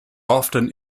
often